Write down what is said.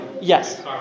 Yes